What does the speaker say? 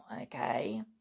Okay